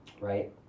Right